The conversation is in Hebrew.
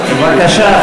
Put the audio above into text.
בבקשה,